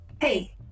Hey